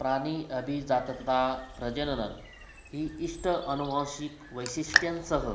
प्राणी अभिजातता, प्रजनन ही इष्ट अनुवांशिक वैशिष्ट्यांसह